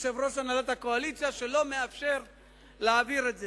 יושב-ראש הקואליציה, לא מאפשר להעביר את זה.